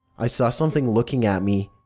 i saw something looking at me,